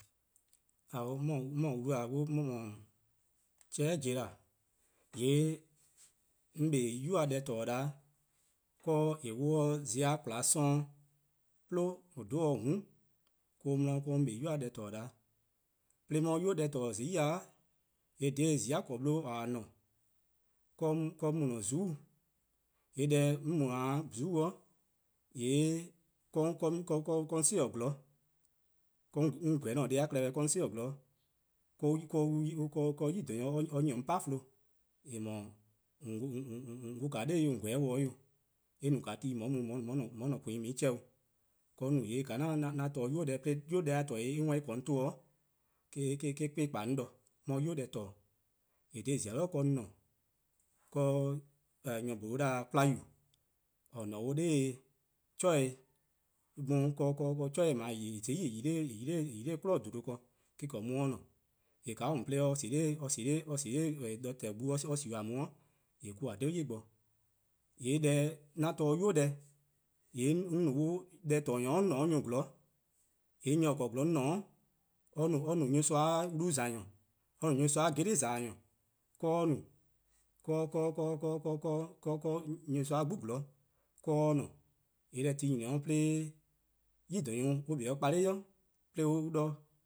:Ao' mor :or wlu-a 'mor mor 'cheheh' :jelah', :yee' 'on 'kpa 'nynuu:-a deh :torne' 'da 'de :eh wluh-a 'o zon+-a :kwlaa 'sororn' 'plo, octobar- :mm' 'de 'on 'kpa 'o 'nynuu-a deh :torne' 'da. 'De 'on 'ye-a 'nynuu; deh :torne'. :zai' :yee' dha :zia-korn-bluh :a :ne-a dha 'on mu-dih :zuku'-', :yee' deh 'on mu dha :daa :zuku'-', :yee' 'de 'on 'si-dih: 'zorn, 'de 'on :gweh-dih 'de 'an-a' deh+-a klehkpeh 'on 'si-dih 'zorn, 'do nyor-klaba' 'nyi-dih 'on :chlee-deh :eh :mor :on 'wluh 'nor 'weh :on :gweh 'noror'-dih 'o, eh no ti :on 'ye mu :on 'ye :an-a' :koan-ih chean' 'o. 'Ka 'on no, :yee' :ka 'an torne'-a 'nynuu: deh 'de 'nynuu-a deh :torne' eh 'worn eh :korn-a 'on 'ton-', :eh-: kpa 'on de-ka 'on 'ye 'nynuu: deh :torne'. :yee' dha :zia' 'bli dha 'on :ne. 'Do :wor nyor :bholo' 'en 'da-dih-a 'kwla-yu: :or :ne-a 'nor 'chore' :dee 'chore' :eh no-a :zai' :eh 'yi-a 'nor 'kwi'nehbo: :bluhba ken eh-: :korn 'di or :ne, :yee' :ka or mu-a 'de or sie-dih nyor-deh :torne'-gbu-' :yee' mo-: :a 'dhu 'yli bo, :yee' deh 'an torne-dih-a 'nynuu: deh, :yee' on no nyor+ deh :torne' nyor :dee 'on :ne 'o nyor+ 'zorn, :yee' nyor :or-a 'zorn 'on :ne-a' nyorsoa-a wlu-bla-nyor, or no nyorsoa' geli'-za-nyor:, 'ka or no, 'de nyorsoa-' 'gbu 'zorn 'de or :ne, :yee' deh ti 'nyni 'o 'de nyor+-klaba' 'kpa 'o kpala' 'i 'de on 'da-or-' sie-a